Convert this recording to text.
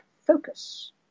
focus